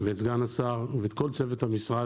ואת סגן השר, ואת כל צוות המשרד,